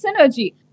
synergy